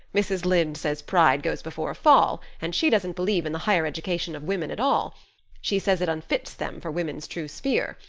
mrs. lynde says pride goes before a fall and she doesn't believe in the higher education of women at all she says it unfits them for woman's true sphere.